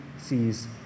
sees